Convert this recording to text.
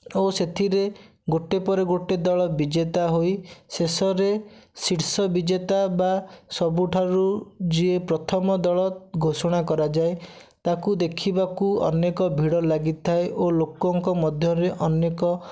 ଓ ସେଥିରେ ଗୋଟେ ପରେ ଗୋଟେ ଦଳ ବିଜେତା ହୋଇ ଶେଷରେ ଶୀର୍ଷ ବିଜେତା ବା ସବୁଠାରୁ ଯିଏ ପ୍ରଥମ ଦଳ ଘୋଷଣା କରାଯାଏ ତାକୁ ଦେଖିବାକୁ ଅନେକ ଭିଡ଼ ଲାଗିଥାଏ ଓ ଲୋକଙ୍କ ମଧ୍ୟରେ ଅନେକ